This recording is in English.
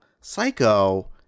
Psycho